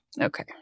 Okay